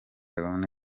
leone